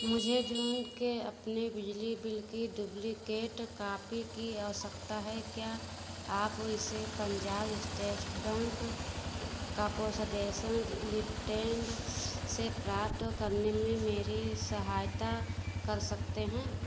मुझे जून के अपने बिजली बिल की डुब्लिकेट कापी की आवश्यकता है क्या आप इसे Punjab state bank corporation limited से प्राप्त करने में मेरी सहायता कर सकते हैं